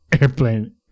airplane